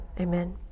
Amen